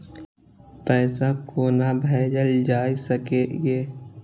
पैसा कोना भैजल जाय सके ये